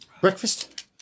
breakfast